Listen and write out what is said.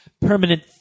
Permanent